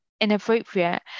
inappropriate